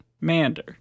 mander